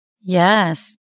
Yes